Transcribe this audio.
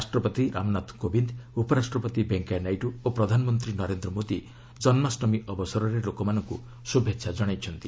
ରାଷ୍ଟ୍ରପତି ରାମନାଥ କୋବିନ୍ଦ ଉପରାଷ୍ଟ୍ରପତି ଭେଙ୍କୟା ନାଇଡ଼ୁ ଓ ପ୍ରଧାନମନ୍ତ୍ରୀ ନରେନ୍ଦ୍ର ମୋଦୀ ଜନ୍ମାଷ୍ଟମୀ ଅବସରରେ ଲୋକମାନଙ୍କୁ ଶୁଭେଚ୍ଛା ଜଣାଇଛନ୍ତି